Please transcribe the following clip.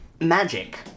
magic